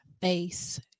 face